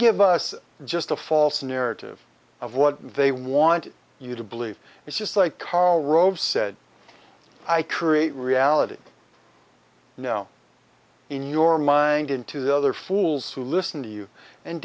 give us just a false narrative of what they want you to believe it's just like karl rove said i create reality now in your mind into the other fools who listen to you and